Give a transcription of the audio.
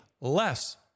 less